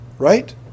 right